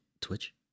Twitch